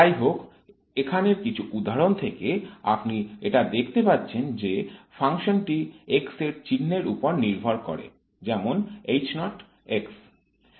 যাইহোক এখানের কিছু উদাহরণ থেকে আপনি এটা দেখতে পাচ্ছেন যে ফাংশনটি x এর চিহ্নের উপর নির্ভর করে যেমন x এর উপর নির্ভরশীল নয়